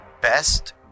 Best